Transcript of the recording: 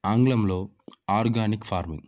ఆంగ్లంలో organic farming